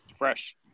fresh